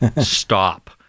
stop